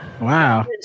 Wow